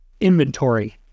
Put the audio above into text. inventory